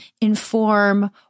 inform